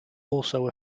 also